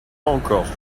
encore